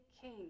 king